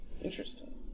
Interesting